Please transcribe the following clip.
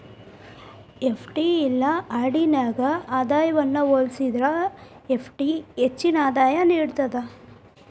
FD ಇಲ್ಲಾ RD ನ್ಯಾಗ ಆದಾಯವನ್ನ ಹೋಲಿಸೇದ್ರ ಎಫ್.ಡಿ ಹೆಚ್ಚಿನ ಆದಾಯ ನೇಡ್ತದ